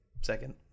second